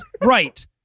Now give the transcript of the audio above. right